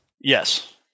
Yes